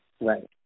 Right